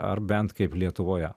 ar bent kaip lietuvoje